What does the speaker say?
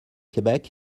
quebec